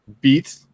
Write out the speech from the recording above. beat